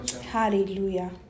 Hallelujah